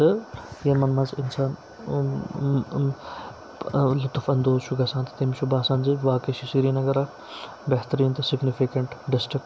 تہٕ یِمَن منٛز اِنسان لُطف اندوز چھُ گژھان تہٕ تٔمِس چھُ باسان زِ واقعٕے چھُ سرینَگر اَکھ بہتریٖن تہٕ سِگنِفِکٮ۪نٹ ڈِسٹِرک